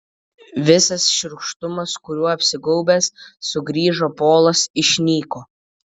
visas šiurkštumas kuriuo apsigaubęs sugrįžo polas išnyko